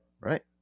right